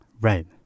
Right